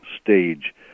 stage